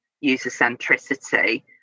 user-centricity